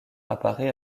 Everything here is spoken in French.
apparaît